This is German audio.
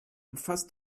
umfasst